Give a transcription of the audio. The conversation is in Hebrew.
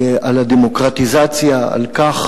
על הדמוקרטיזציה, על כך